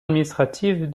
administrative